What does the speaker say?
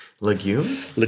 Legumes